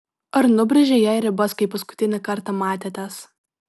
ar nubrėžei jai ribas kai paskutinį kartą matėtės